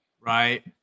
right